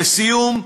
לסיום,